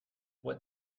what